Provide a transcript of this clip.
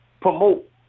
promote